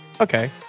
Okay